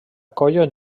colla